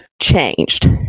changed